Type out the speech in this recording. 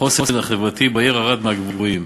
החוסן החברתי בעיר ערד מהגבוהים.